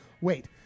Wait